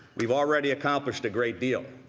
we've already accomplished a great deal,